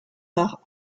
par